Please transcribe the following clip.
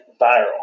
viral